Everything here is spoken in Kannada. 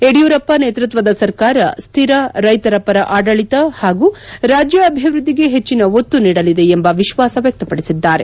ಯಡಿಯೂರಪ್ಪ ನೇತೃತ್ವದ ಸರ್ಕಾರ ಸ್ಥಿರ ರೈತರ ಪರ ಆಡಳಿತ ಹಾಗೂ ರಾಜ್ಯ ಅಭಿವೃದ್ದಿಗೆ ಹೆಚ್ಚಿನ ಒತ್ತು ನೀಡಲಿದೆ ಎಂಬ ವಿಶ್ವಾಸ ವ್ಯಕ್ತಪಡಿಸಿದ್ದಾರೆ